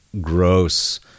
gross